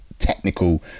technical